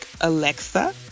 Alexa